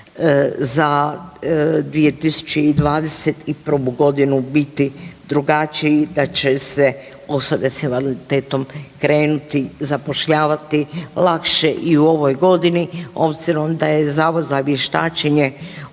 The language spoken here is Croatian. za 2021. godinu biti drugačiji da će se osobe s invaliditetom krenuti zapošljavati lakše i u ovoj godini obzirom da je Zavod za vještačenje